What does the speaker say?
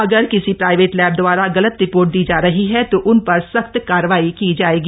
अगर किसी private lab द्वारा गलत रि ोर्ट दी जा रही हप्र तो उन प्रर सख्त कारवाई की जाएगी